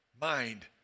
mind